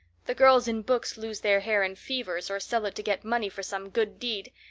the girls in books lose their hair in fevers or sell it to get money for some good deed,